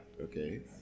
okay